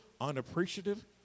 unappreciative